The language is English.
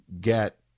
get